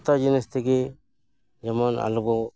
ᱡᱚᱛᱚ ᱡᱤᱱᱤᱥ ᱛᱮᱜᱮ ᱡᱮᱢᱚᱱ ᱟᱞᱚᱵᱚ